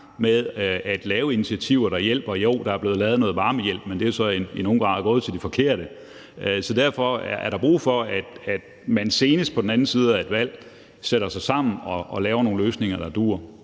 med at lave initiativer, der hjælper. Jo, der er blevet lavet noget varmehjælp, men den er jo så i nogen grad gået til de forkerte. Så derfor er der brug for, at man senest på den anden side af et valg sætter sig sammen og laver nogle løsninger, der duer.